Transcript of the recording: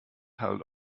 held